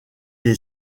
est